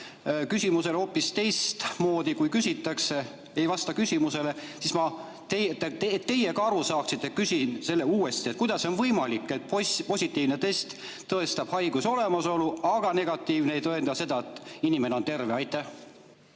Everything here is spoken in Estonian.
küsimusele hoopis teistmoodi, kui küsitakse, ei vasta küsimusele, siis ma selleks, et teie ka aru saaksite, küsin uuesti: kuidas on võimalik, et positiivne test tõestab haiguse olemasolu, aga negatiivne ei tõenda seda, et inimene on terve? Aitäh,